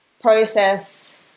process